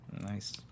Nice